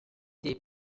des